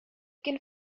can